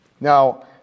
Now